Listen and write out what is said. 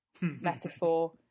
metaphor